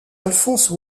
alphonse